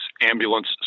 Ambulance